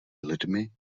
lidmi